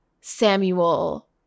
samuel